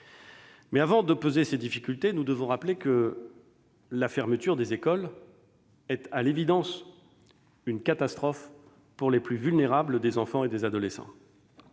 Mais, avant de poser ces difficultés, nous devons rappeler que la fermeture des écoles est, à l'évidence, une catastrophe pour les plus vulnérables des enfants et des adolescents.